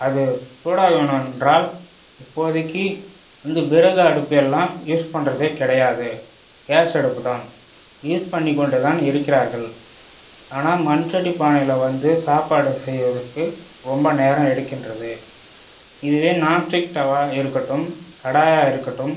அது சூடாக வேணுமென்றால் இப்போதைக்கு இந்த விறகு அடுப்பு எல்லாம் யூஸ் பண்ணுறதே கிடையாது கேஸ் அடுப்புதான் யூஸ் பண்ணி கொண்டுதான் இருக்கிறார்கள் ஆனால் மண் சட்டி பானையில் வந்து சாப்பாடு செய்வதற்கு ரொம்ப நேரம் எடுக்கின்றது இதுவே நான்ஸ்டிக் டவாக இருக்கட்டும் கடாயாக இருக்கட்டும்